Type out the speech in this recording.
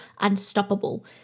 unstoppable